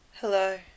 Hello